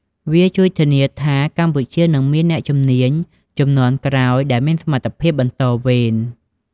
វាជួយធានាថា កម្ពុជានឹងមាន អ្នកជំនាញជំនាន់ក្រោយដែលមានសមត្ថភាពបន្តវេន។